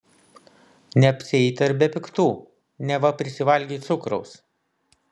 neapsieita ir be piktų neva prisivalgei cukraus